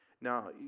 now